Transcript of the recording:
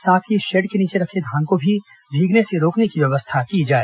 साथ ही शेड के नीचे रखे धान को भी भीगने से रोकने की व्यवस्था की जाए